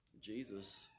Jesus